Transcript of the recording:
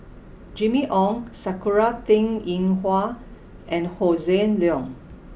Jimmy Ong Sakura Teng Ying Hua and Hossan Leong